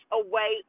away